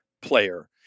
player